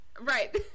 right